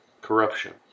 corruption